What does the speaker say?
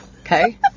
Okay